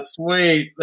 sweet